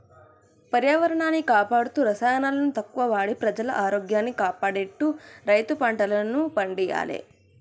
పర్యావరణాన్ని కాపాడుతూ రసాయనాలను తక్కువ వాడి ప్రజల ఆరోగ్యాన్ని కాపాడేట్టు రైతు పంటలను పండియ్యాలే